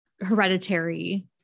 hereditary